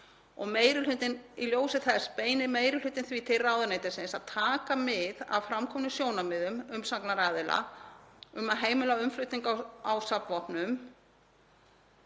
Í ljósi þess beinir meiri hlutinn því til ráðuneytisins að taka mið af framkomnum sjónarmiðum umsagnaraðila um að heimila innflutning á safnvopnum